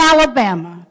Alabama